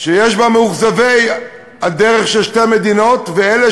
שיש בה מאוכזבי הדרך של שתי מדינות ואלה